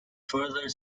further